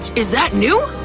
is that new?